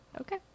Okay